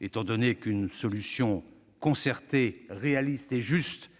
étant entendu qu'une solution concertée, réaliste et juste